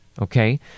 Okay